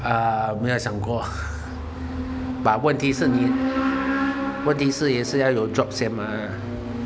啊没有想过 but 问题是你问题是也是要有 drop 先吗